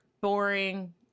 boring